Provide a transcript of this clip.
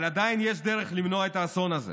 אבל עדיין יש דרך למנוע את האסון הזה